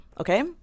okay